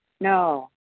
no